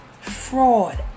fraud